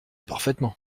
parfaitement